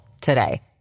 today